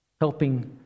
Helping